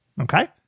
Okay